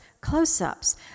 close-ups